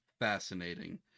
Fascinating